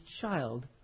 child